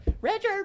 Richard